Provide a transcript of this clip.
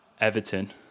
Everton